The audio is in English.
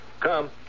Come